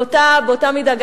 באותה מידה,